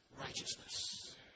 righteousness